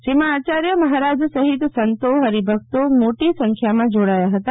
જેમાં આયાર્ય મહારાજ સહિયસંતોહરિભક્તો મોટી સંખ્યામાં જોડાયા હતા